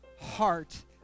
heart